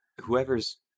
Whoever's